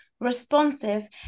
responsive